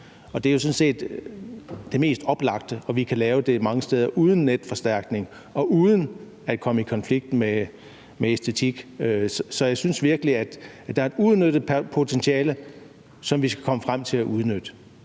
set det mest oplagte, og vi kan mange steder lave det uden netforstærkning og uden at komme i konflikt med æstetikken. Så jeg synes virkelig, at der er et uudnyttet potentiale, som vi skal komme frem til at udnytte,